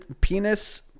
Penis